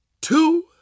two